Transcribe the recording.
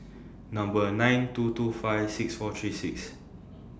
Number nine two two five six four three six